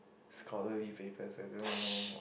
scholarly papers I don't know